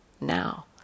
now